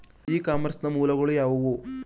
E commerce ನ ಮೂಲಗಳು ಯಾವುವು?